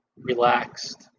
relaxed